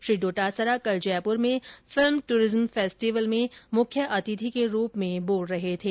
श्री डोटासरा कल जयपुर में film tourism festival में मुख्य अतिथि के रूप में बोल रहे थे